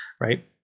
right